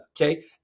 okay